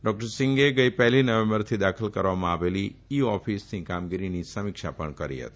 doctor સીંગે ગઇ પહેલી નવેમ્બરથી દાખલ કરવામાં આવેલી ઇ ઓફીસની કામગીરીની પણ સમીક્ષા કરી હતી